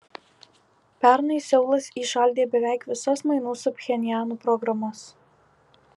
pernai seulas įšaldė beveik visas mainų su pchenjanu programas